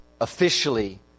officially